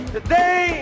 Today